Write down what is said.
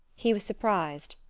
he was surprised,